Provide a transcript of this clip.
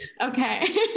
Okay